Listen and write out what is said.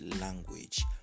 language